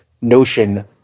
notion